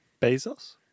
Bezos